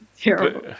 terrible